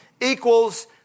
equals